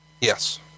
Yes